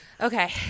okay